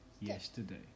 yesterday